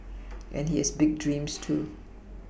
and he has big dreams too